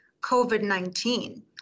COVID-19